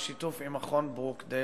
בשיתוף עם מכון ברוקדייל,